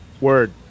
Word